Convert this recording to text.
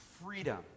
Freedom